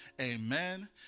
Amen